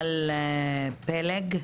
יובל פלג.